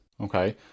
Okay